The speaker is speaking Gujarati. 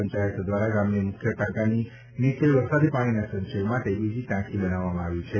પંચાયત દ્વારા ગામની મુખ્ય ટાંકાની નીચે વરસાદી પાણીના સંચય માટે બીજી ટાંકી બનાવવામાં આવી છે